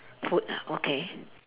food ah okay